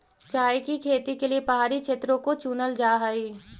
चाय की खेती के लिए पहाड़ी क्षेत्रों को चुनल जा हई